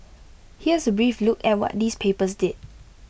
here's A brief look at what these papers did